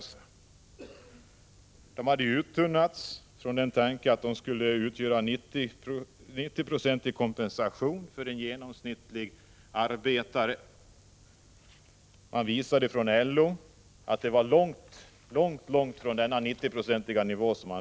Ersättningen har uttunnats från tanken att den skulle utgöra en 90-procentig kompensation för en genomsnittlig arbetare. LO har visat att man låg långt från denna nivå.